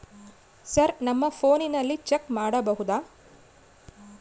Sir ನಮ್ಮ ಫೋನಿನಲ್ಲಿ check ಮಾಡಬಹುದಾ?